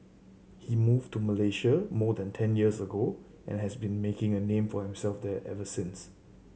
he moved to Malaysia more than ten years ago and has been making a name for himself there ever since